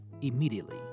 immediately